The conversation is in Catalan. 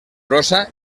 brossa